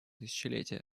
тысячелетия